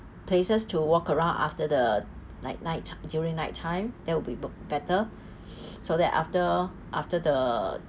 places to walk around after the night night during night time that would be better so that after after the